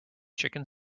chicken